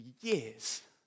years